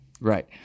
Right